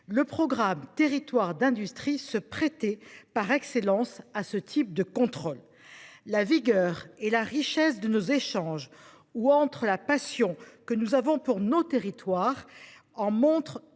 Le programme Territoires d’industrie se prêtait par excellence à ce type de contrôle. La vigueur et la richesse de nos échanges, où entre la passion que nous avons pour nos territoires, en montrent